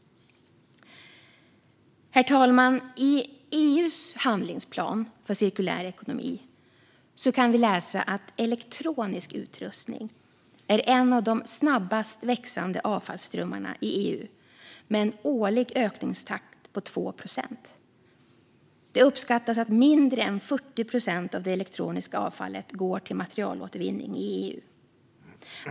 Herr talman! I EU:s handlingsplan för cirkulär ekonomi kan vi läsa att elektronisk utrustning är en av de snabbast växande avfallsströmmarna i EU, med en årlig ökningstakt på 2 procent. Det uppskattas att mindre än 40 procent av det elektroniska avfallet i EU går till materialåtervinning.